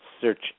search